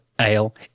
ale